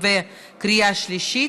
ובקריאה שלישית,